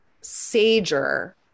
sager